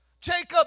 Jacob